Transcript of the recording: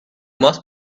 must